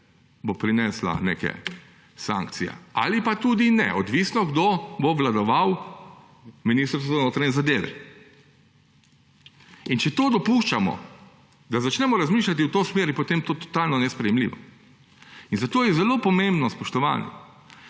prinesla neke sankcije. Ali pa tudi ne. Odvisno, kdo bo vladal Ministrstvu za notranje zadeve. In če to dopuščamo, da začnemo razmišljati v to smer, je potem to totalno nesprejemljivo. In zato je zelo pomembno, spoštovani,